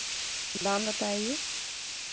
दाम बताइये